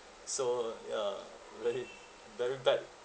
so ya really very bad